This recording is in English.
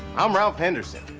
i'm ralph henderson.